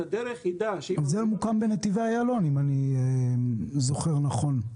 דרך ידע שאם --- זה מוקם בנתיבי איילון אם אני זוכר נכון.